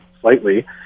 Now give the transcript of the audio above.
slightly